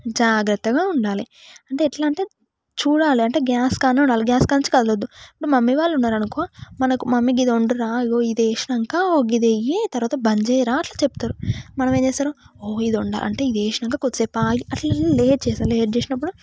జాగ్రత్తగా ఉండాలి అంటే ఎట్లా అంటే చూడాలి అంటే చూడాలి గ్యాస్ కాడ ఉండాలి గ్యాస్ కాడ నుంచి కదలొద్దు ఇప్పుడు మమ్మీ వాళ్ళు ఉన్నారు అనుకో మనకు మమ్మీ ఇది వండురా ఇది వేసినాక ఇది వేయి తర్వాత బంద్ చేయరా అట్ల చెప్తారు మనం ఏం చేస్తారు ఓ ఇది వండాలి ఇది వేసినాక కొద్దిసేపు ఆగి అట్ల అట్ల లేట్ చేసి లేట్ చేసినప్పుడు